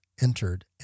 entered